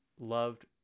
loved